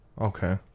Okay